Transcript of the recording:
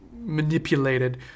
manipulated